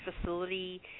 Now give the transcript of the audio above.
facility